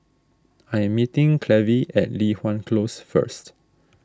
I am meeting Clevie at Li Hwan Close first